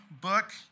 book